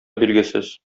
билгесез